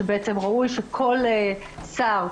שבעצם ראוי שכל שר,